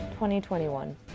2021